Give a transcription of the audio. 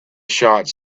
shots